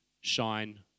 shine